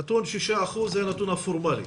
הנתון 6% זה הנתון הפורמלי.